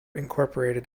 incorporated